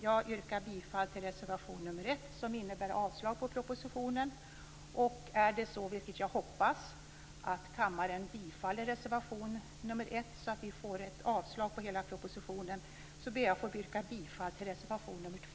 Jag yrkar bifall till reservation nr 1, som innebär avslag på propositionen. Är det så, vilket jag hoppas, att kammaren bifaller reservation nr 1 så att vi får ett avslag på hela propositionen, ber jag att få yrka bifall till reservation nr 2.